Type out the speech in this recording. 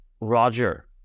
Roger